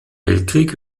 weltkrieg